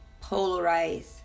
polarized